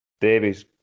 Davies